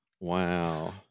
Wow